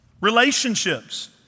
Relationships